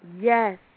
Yes